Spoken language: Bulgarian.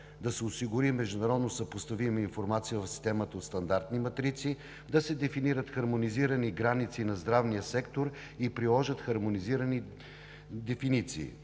да се осигури международно съпоставима информация в системата от стандартни матрици; да се дефинират хармонизирани граници на здравния сектор и приложат хармонизирани дефиниции;